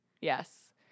Yes